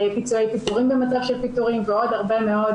פיצויי פיטורים במצב של פיטורים ועוד הרבה מאוד